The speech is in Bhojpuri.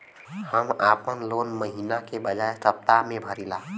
हम आपन लोन महिना के बजाय सप्ताह में भरीला